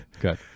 good